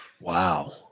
Wow